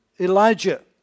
Elijah